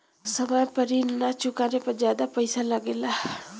समय पर ऋण ना चुकाने पर ज्यादा पईसा लगेला?